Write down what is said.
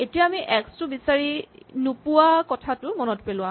এতিয়া আমি এক্স টো বিচাৰি নোপোৱা কথাটো মনত পেলোৱা